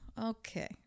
okay